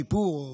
בשיפור,